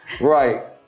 right